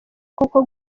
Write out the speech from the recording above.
koko